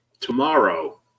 tomorrow